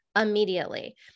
immediately